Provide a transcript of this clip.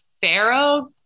pharaoh